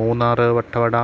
Munnar Vattavada